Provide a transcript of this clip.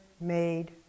made